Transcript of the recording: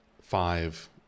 five